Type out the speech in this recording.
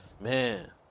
Man